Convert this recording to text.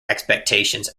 expectations